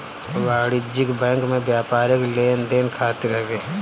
वाणिज्यिक बैंक व्यापारिक लेन देन खातिर हवे